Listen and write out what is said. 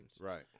Right